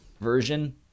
version